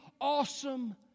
awesome